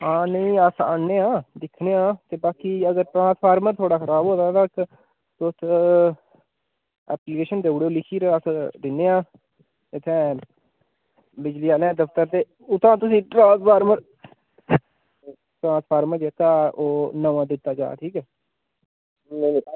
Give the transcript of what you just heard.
हां नेईं अस आन्ने आं दिक्खने आं ते बाकी अगर ट्रांसफार्मर थुआढ़ा खराब होए दा ऐ तां तुस ऐप्लीकेशन देई ओड़ो लिखियै अस दिन्ने आं इत्थै बिजली आह्लें दे दफ्तर ते उत्थूं तुसें ई ट्रांसफार्मर ट्रांसफार्मर जेह्का ऐ ओह् नमां दित्ता जाग ठीक ऐ